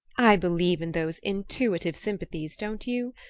i believe in those intuitive sympathies, don't you?